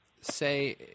say